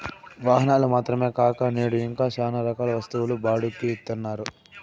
వాహనాలు మాత్రమే కాక నేడు ఇంకా శ్యానా రకాల వస్తువులు బాడుక్కి ఇత్తన్నారు